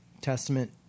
Testament